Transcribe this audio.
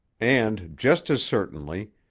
and, just as certainly,